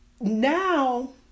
now